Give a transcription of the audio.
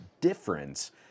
difference